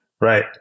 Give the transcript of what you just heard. right